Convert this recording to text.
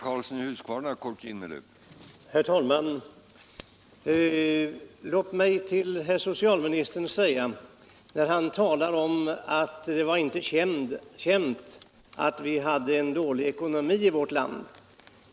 Herr talman! Låt mig säga några ord till herr socialministern beträffande uttalandet att det inte var känt att vi hade en dålig ekonomi i vårt land.